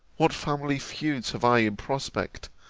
what family feuds have i in prospect,